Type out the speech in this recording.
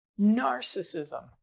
Narcissism